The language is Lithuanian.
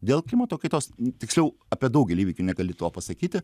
dėl klimato kaitos tiksliau apie daugelį įvykių negali to pasakyti